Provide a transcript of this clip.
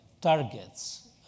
targets